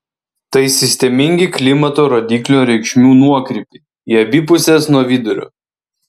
tai sistemingi klimato rodiklio reikšmių nuokrypiai į abi puses nuo vidurkio